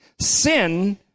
Sin